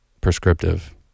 prescriptive